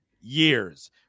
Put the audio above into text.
years